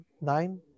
nine